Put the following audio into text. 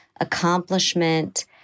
accomplishment